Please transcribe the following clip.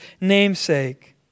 namesake